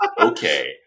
okay